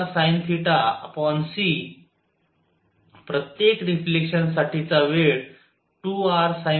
तर 2rsinθc प्रत्येक रिफ्लेक्शन साठी चा वेळ2rsinθcआहे